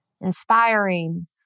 inspiring